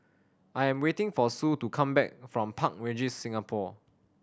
I am waiting for Sue to come back from Park Regis Singapore